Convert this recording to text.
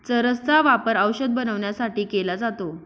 चरस चा वापर औषध बनवण्यासाठी केला जातो